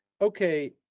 okay